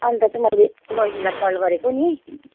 अन्त चाहिँ मैले बैनीलाई कल गरेको नि